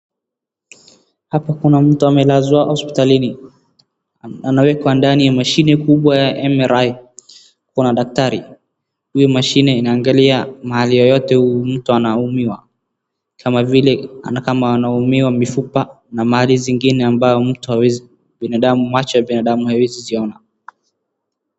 Hapa kuna mtu amelazwa hospitalini. Anawekwa ndani ya mashine kubwa ya MRI, kuna daktari. Hiyo mashine inaangalia mahali yoyote huyu mtu anaumiwa kama vile ana kama anaumiwa mifupa na mahali zingine ambayo mtu awezi binadamu macho ya binadamu haiwezi ziona.